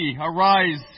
arise